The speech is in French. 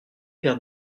paires